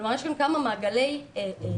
כלומר יש כאן כמה מעגלי התאמה